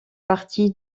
partie